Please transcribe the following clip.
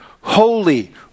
holy